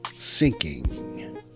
sinking